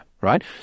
right